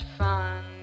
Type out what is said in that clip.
fun